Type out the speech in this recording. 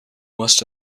must